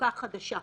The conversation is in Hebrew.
חלוקה חדשה,